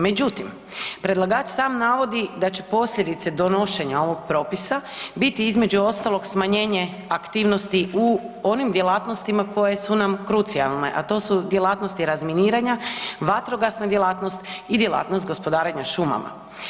Međutim, predlagač sam navodi da će posljedice donošenja ovog propisa biti između ostalog smanjenje aktivnosti u onim djelatnostima koje su nam krucijalne, a to su djelatnosti razminiranja, vatrogasna djelatnost i djelatnost gospodarenja šumama.